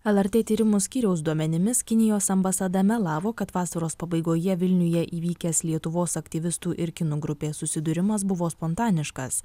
lrt tyrimų skyriaus duomenimis kinijos ambasada melavo kad vasaros pabaigoje vilniuje įvykęs lietuvos aktyvistų ir kinų grupės susidūrimas buvo spontaniškas